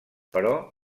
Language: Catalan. però